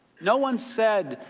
no one said,